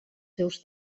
seus